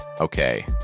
okay